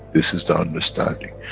this is the understanding,